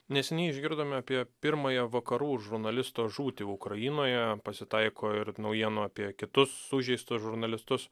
neseniai išgirdome apie pirmąją vakarų žurnalisto žūtį ukrainoje pasitaiko ir naujienų apie kitus sužeistus žurnalistus